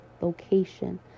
location